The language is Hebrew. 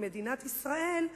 עם מדינת ישראל,